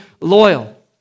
loyal